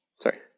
sorry